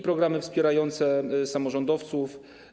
Programy wspierające samorządowców.